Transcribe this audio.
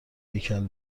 هیکل